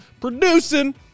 producing